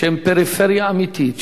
שהם פריפריה אמיתית,